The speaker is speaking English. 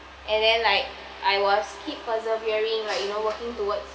and then like I was keep persevering like you know working towards